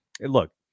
look